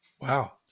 Wow